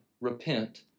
repent